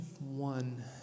one